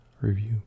Review